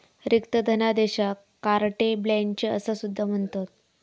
रिक्त धनादेशाक carte blanche असा सुद्धा म्हणतत